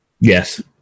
Yes